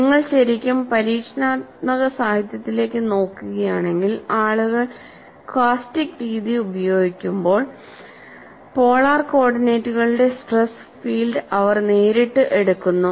നിങ്ങൾ ശരിക്കും പരീക്ഷണാത്മക സാഹിത്യത്തിലേക്ക് നോക്കുകയാണെങ്കിൽ ആളുകൾ കോസ്റ്റിക്സ് രീതി ഉപയോഗിക്കുമ്പോൾപോളാർ കോർഡിനേറ്റുകളിലെ സ്ട്രെസ് ഫീൽഡ് അവർ നേരിട്ട് എടുക്കുന്നു